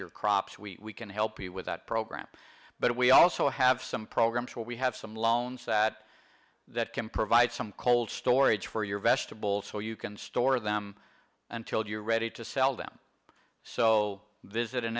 your crops we can help you with that program but we also have some programs where we have some loans that that can provide some cold storage for your vegetables so you can store them until you're ready to sell them so visit